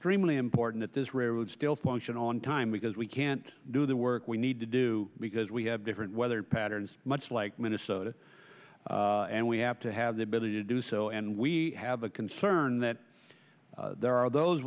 dreamily important at this railroad still function on time because we can't do the work we need to do because we have different weather patterns much like minnesota and we have to have the ability to do so and we have a concern that there are those